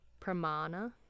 pramana